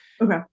Okay